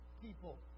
people